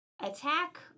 attack